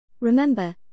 Remember